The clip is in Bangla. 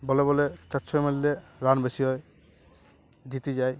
বলে বলে চার ছয় মারলে রান বেশি হয় জিতে যায়